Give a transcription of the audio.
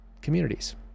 communities